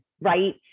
right